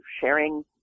sharing